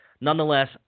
Nonetheless